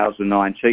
2019